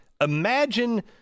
Imagine